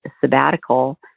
sabbatical